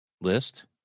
list